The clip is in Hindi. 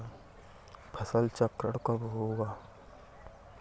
फसल चक्रण कब होता है?